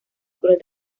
cruel